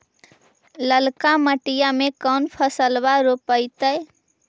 ललका मटीया मे कोन फलबा रोपयतय?